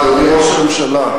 אדוני ראש הממשלה,